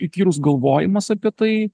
įkyrus galvojimas apie tai